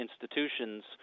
institutions